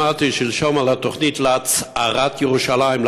שמעתי שלשום על התוכנית להצערת ירושלים,